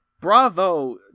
bravo